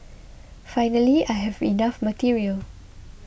finally I have enough material